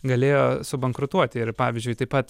galėjo subankrutuoti ir pavyzdžiui taip pat